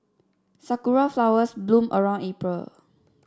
sakura flowers bloom around April